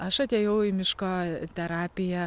aš atėjau į miško terapiją